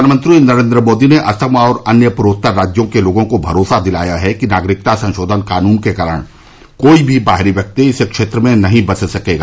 प्रधानमंत्री नरेंद्र मोदी ने असम और अन्य पूर्वोत्तर राज्यों के लोगों को भरोसा दिलाया है कि नागरिकता संशोधन कानून के कारण कोई भी बाहरी व्यक्ति इस क्षेत्र में नहीं बस सकेगा